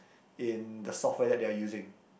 in the software that they are using